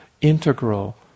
integral